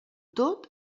tot